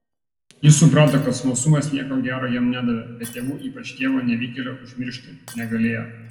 jis suprato kad smalsumas nieko gero jam nedavė bet tėvų ypač tėvo nevykėlio užmiršti negalėjo